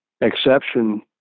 exception